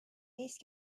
ایست